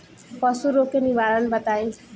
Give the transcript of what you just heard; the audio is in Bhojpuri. पशु रोग के निवारण बताई?